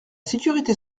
sécurité